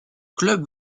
club